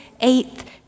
eighth